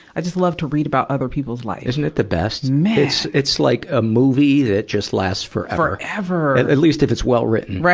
i just love to read about other people's life. isn't it the best? it's, it's like a movie that just lasts forever. forever! at least if it's well written. right?